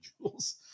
jewels